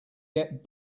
get